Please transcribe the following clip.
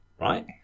right